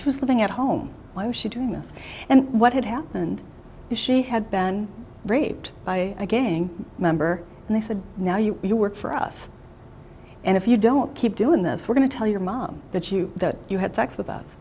she was living at home why was she doing this and what had happened if she had been raped by a gang member and they said now you you work for us and if you don't keep doing this we're going to tell your mom that you that you had sex with us